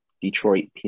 Detroit